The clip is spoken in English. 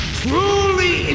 truly